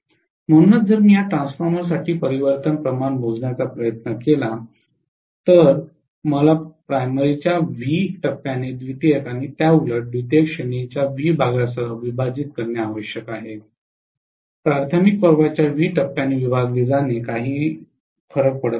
म्हणूनच जर मी या ट्रान्सफॉर्मरसाठी परिवर्तन प्रमाण मोजण्याचा प्रयत्न केला तर मला प्राथमिक च्या व्ही टप्प्याने द्वितीयक किंवा त्याउलट द्वितीय श्रेणीच्या व्ही भागासह विभाजीत करणे आवश्यक आहे प्राथमिक पर्वाच्या व्ही टप्प्याने विभागले जाणे काही फरक पडत नाही